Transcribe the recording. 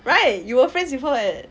right you were friends with her [what]